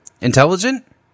intelligent